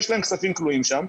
יש להן כספים כלואים שם,